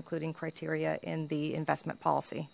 including criteria in the investment policy